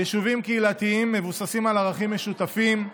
יישובים קהילתיים מבוססים על ערכים משותפים,